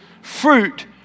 fruit